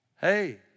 Hey